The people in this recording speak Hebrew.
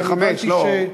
כי אני הבנתי, בחמש.